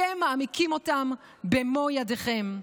אתם מעמיקים אותם במו ידיכם.